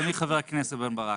אדוני חבר כנסת בן ברק,